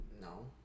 No